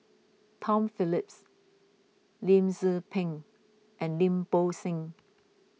Tom Phillips Lim Tze Peng and Lim Bo Seng